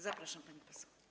Zapraszam, pani poseł.